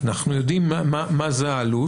אנחנו יודעים מה העלות,